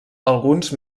alguns